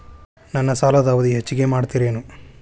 ನನ್ನ ಸಾಲದ ಅವಧಿ ಹೆಚ್ಚಿಗೆ ಮಾಡ್ತಿರೇನು?